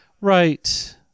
Right